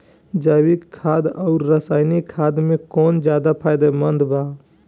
जैविक खाद आउर रसायनिक खाद मे कौन ज्यादा फायदेमंद बा?